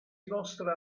mostra